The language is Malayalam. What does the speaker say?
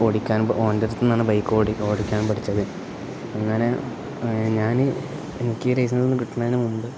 ഓടിക്കാൻ ഓന്റെ അടുത്തുന്നാണ് ബൈക്ക് ഓടിക്കാൻ ഓടിക്കാൻ പഠിച്ചത് അങ്ങനെ ഞാൻ എനിക്ക് കിട്ടുന്നതിന് മുമ്പ്